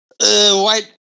White